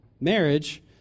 marriage